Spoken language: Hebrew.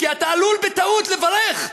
כי אתה עלול בטעות לברך.